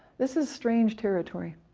this is strange territory.